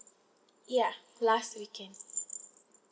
ya last weekend